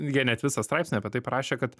jie net visą straipsnį apie tai parašė kad